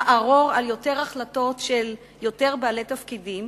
לערור על יותר החלטות של יותר בעלי תפקידים,